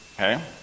okay